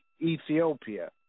Ethiopia